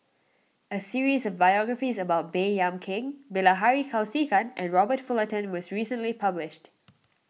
a series of biographies about Baey Yam Keng Bilahari Kausikan and Robert Fullerton was recently published